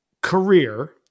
career